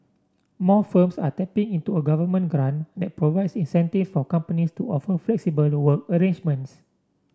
more firms are tapping into a government grant that provides incentive for companies to offer flexible work arrangements